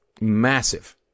massive